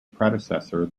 predecessor